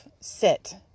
sit